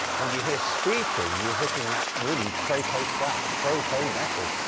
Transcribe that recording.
when you hear speed king, you're looking at, really, proto thrash, proto metal.